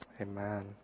Amen